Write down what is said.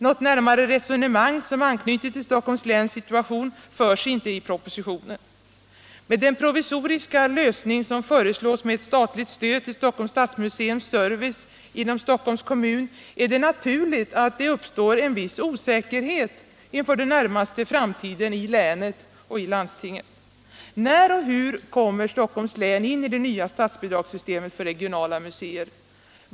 Något närmare resonemang som anknyter till Stockholms läns situation förs inte i propositionen. Med den provisoriska lösning som föreslås komma med ett statligt stöd till Stockholms stadsmuseums service inom Stockholms kommun är det naturligt att det uppstår någon osäkerhet inför den närmaste framtiden i länet och i landstinget. När och hur kommer Stockholms län in i det nya statsbidragssystemet för regionala museer?